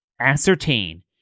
ascertain